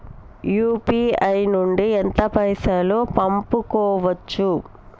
UPI నుండి ఎంత పైసల్ పంపుకోవచ్చు?